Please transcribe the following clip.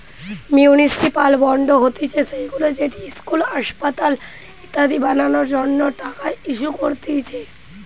municipal bond হতিছে সেইগুলা যেটি ইস্কুল, আসপাতাল ইত্যাদি বানানোর জন্য টাকা ইস্যু করতিছে